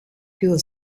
für